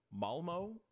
Malmo